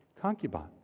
concubine